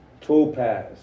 topaz